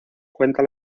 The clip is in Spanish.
cuenta